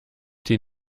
die